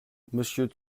monsieur